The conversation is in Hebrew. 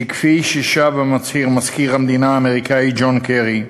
שכפי ששב ומצהיר מזכיר המדינה האמריקני ג'ון קרי,